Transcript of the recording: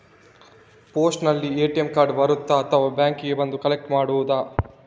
ಪೋಸ್ಟಿನಲ್ಲಿ ATM card ಬರುತ್ತಾ ಅಥವಾ ಬ್ಯಾಂಕಿಗೆ ಬಂದು ಕಲೆಕ್ಟ್ ಮಾಡುವುದು?